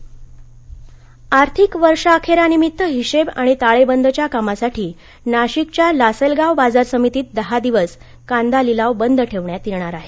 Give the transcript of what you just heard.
नाशिक आर्थिक वर्षाखेरानिमित्त हिशेब आणि ताळे बंदच्या कामासाठी नाशिकच्या लासलगाव बाजार समितीत दहा दिवस कांदा लिलाव बंद ठेवण्यात येणार आहे